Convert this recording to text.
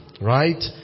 right